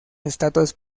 estatuas